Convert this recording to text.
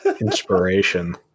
inspiration